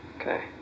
Okay